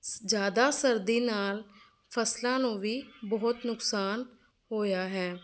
ਜ਼ਿਆਦਾ ਸਰਦੀ ਨਾਲ ਫਸਲਾਂ ਨੂੰ ਵੀ ਬਹੁਤ ਨੁਕਸਾਨ ਹੋਇਆ ਹੈ